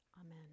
Amen